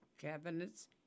cabinets